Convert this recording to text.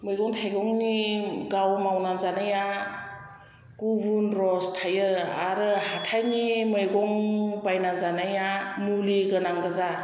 मैगं थायगंनि गाव मावना जानाया गुबुन रस थायो आरो हाथायनि मैगं बायना जानाया मुलि गोनां गोजा